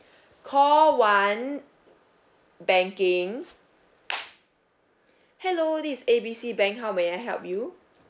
call one banking hello this A B C bank how may I help you